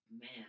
man